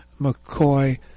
McCoy